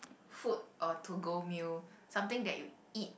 food or to go meal something that you eat